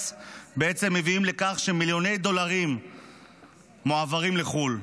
בעצם מביאים לכך שמיליוני דולרים מועברים לחו"ל,